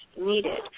needed